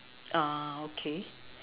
uh okay